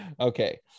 Okay